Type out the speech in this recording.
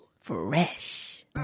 fresh